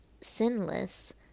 sinless